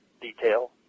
detail